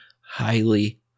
Highly